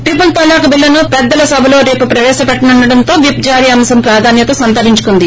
triple talaq బిల్లును పెద్దల సభలో రేపు ప్రవేశపెట్టనుండడంతో విప్ జారీ అంశం ప్రాధాన్యత సంతరించుకుంది